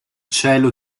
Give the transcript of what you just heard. cielo